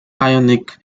ionic